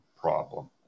problem